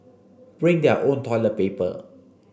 bring their own toilet paper